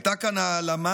הייתה כאן העלמה,